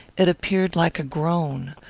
it appeared like a groan.